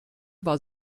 war